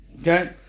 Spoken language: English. Okay